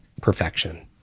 perfection